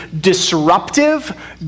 disruptive